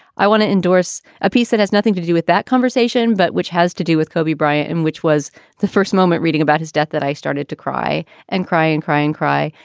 i want to endorse a piece that has nothing to do with that conversation, but which has to do with kobe bryant, in which was the first moment reading about his death that i started to cry and cry and cry and cry.